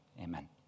Amen